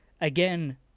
again